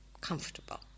comfortable